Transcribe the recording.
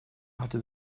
hatte